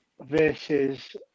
versus